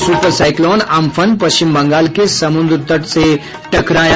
और super cyclone Amphan Paschim Bangal के समुद्र तट से टकराया